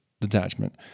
detachment